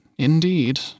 Indeed